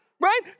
right